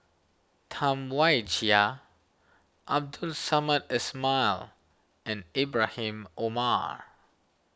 Tam Wai Jia Abdul Samad Ismail and Ibrahim Omar